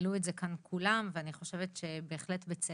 העלו את זה כאן כולם ואני חושבת שבהחלט בצדק.